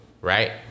Right